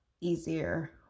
easier